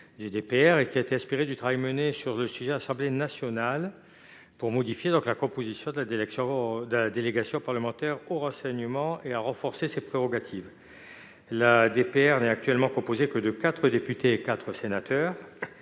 qui s'inspire du travail mené sur le sujet à l'Assemblée nationale, tend à modifier la composition de la délégation parlementaire au renseignement et à renforcer ses prérogatives. La DPR n'est actuellement composée que de quatre députés et de quatre sénateurs,